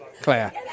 Claire